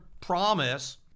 promise